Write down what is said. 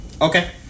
Okay